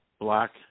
black